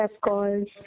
calls